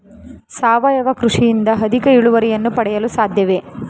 ಸಾವಯವ ಕೃಷಿಯಿಂದ ಅಧಿಕ ಇಳುವರಿಯನ್ನು ಪಡೆಯಲು ಸಾಧ್ಯವೇ?